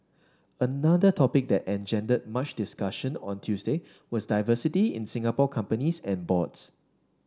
another topic that engendered much discussion on Tuesday was diversity in Singapore companies and boards